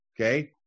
Okay